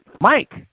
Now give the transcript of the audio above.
Mike